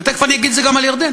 ותכף אני אגיד את זה גם על ירדן,